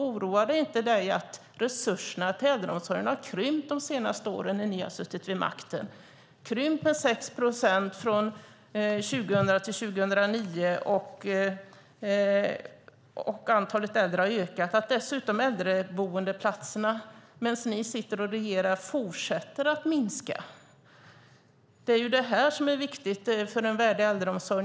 Oroar det inte dig att resurserna till äldreomsorgen har krympt de senaste åren när ni har suttit vid makten? De har krympt med 6 procent från 2000 till 2009, och antalet äldre har ökat. Äldreboendeplatserna fortsätter att minska medan ni sitter och regerar. Det är detta som är viktigt för en värdig äldreomsorg.